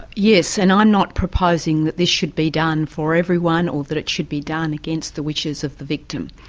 yes, and i'm not proposing that this should be done for everyone, or that it should be done against the wishes of the victim.